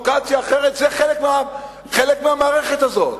ופרובוקציה אחרת, זה חלק מהמערכת הזאת.